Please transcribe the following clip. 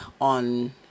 on